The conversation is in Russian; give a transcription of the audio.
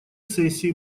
сессии